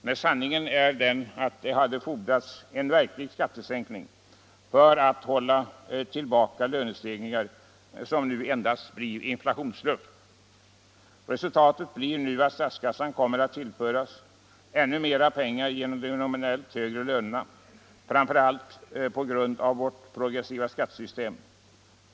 Nej, sanningen är den att det hade fordrats en verklig skattesänkning för att hålla tillbaka lönestegringarna, som nu endast blir inflationsluft. Resultatet blir nu att statskassan kommer att tillföras ännu mera pengar genom de nominellt högre lönerna, framför allt på grund av vårt progressiva skattesystem.